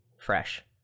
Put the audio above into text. fresh